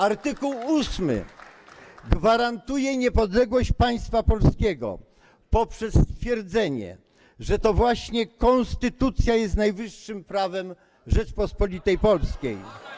Art. 8 gwarantuje niepodległość państwa polskiego poprzez stwierdzenie, że to właśnie konstytucja jest najwyższym prawem Rzeczypospolitej Polskiej.